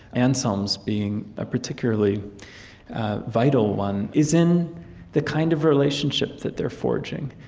anselm's being a particularly vital one, is in the kind of relationship that they're forging,